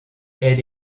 elle